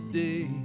day